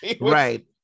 Right